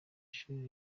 shuri